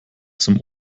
zum